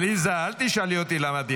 עליזה, אל תשאלי אותי למה דיכטר.